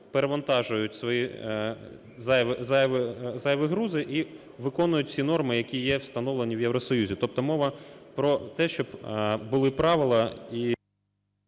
перевантажують свої зайві грузи і виконують всі норми, які є встановлені в Євросоюзі. Тобто мова про те, щоб були правила і...